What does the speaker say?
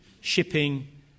shipping